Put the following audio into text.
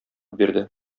бирде